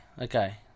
Okay